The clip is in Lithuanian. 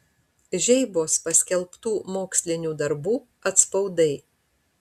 žeibos paskelbtų mokslinių darbų atspaudai